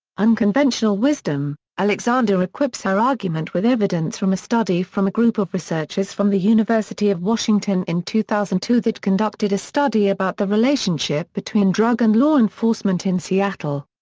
unconventional wisdom alexander equips her argument with evidence from a study from a group of researchers from the university of washington in two thousand and two that conducted a study about the relationship between drug and law enforcement in seattle.